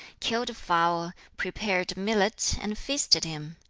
killed a fowl, prepared millet, and feasted him.